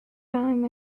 time